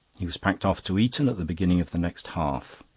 he was packed off to eton at the beginning of the next half.